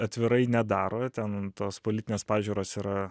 atvirai nedaro ten tos politinės pažiūros yra